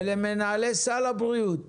למנהלי סל הבריאות